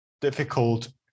difficult